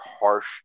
harsh